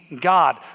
God